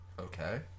Okay